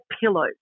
pillows